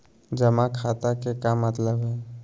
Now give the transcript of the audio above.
जमा खाता के का मतलब हई?